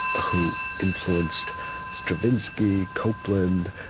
who influenced stravinsky, copland,